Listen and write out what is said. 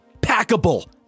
packable